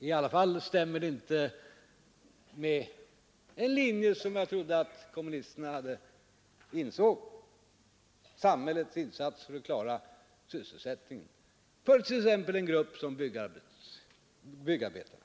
I alla fall stämmer inte herr Hermanssons uttalande i dag med den linje som jag trodde att kommunisterna hade, nämligen att de insåg betydelsen av samhällets insatser för att klara sysselsättningen för t.ex. byggnadsarbetarna.